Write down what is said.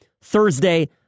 Thursday